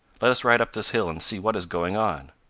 let us ride up this hill and see what is going on.